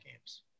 games